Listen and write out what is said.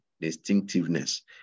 distinctiveness